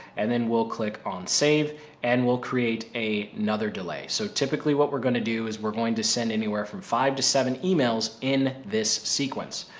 and then we'll click on save and we'll create a another delay. so typically what we're going to do is we're going to send anywhere from five to seven emails in this sequence.